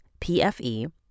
PFE